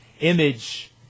Image